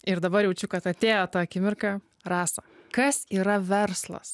ir dabar jaučiu kad atėjo ta akimirka rasa kas yra verslas